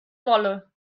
wolle